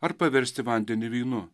ar paversti vandenį vynu